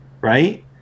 Right